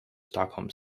stockholm